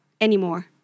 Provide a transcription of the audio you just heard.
anymore